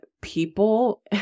people